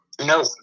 No